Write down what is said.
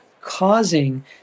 causing